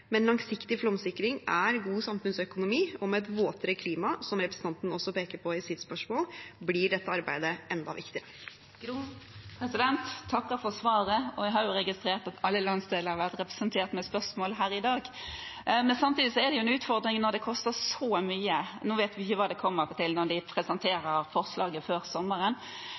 Men langsiktig flomsikring er god samfunnsøkonomi, og med et våtere klima, som representanten også pekte på i sitt spørsmål, blir dette arbeidet enda viktigere. Jeg takker for svaret. Jeg har registrert at alle landsdeler har vært representert med spørsmål her i dag. Samtidig er det en utfordring når det koster så mye. Vi vet ikke hva det kommer på, de skal presentere forslaget før sommeren,